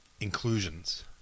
inclusions